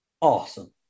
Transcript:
Awesome